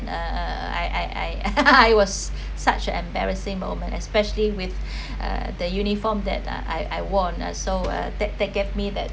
uh uh I I I was such embarrassing moment especially with uh the uniform that uh I I worn so uh that that give me that